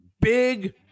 Big